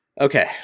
Okay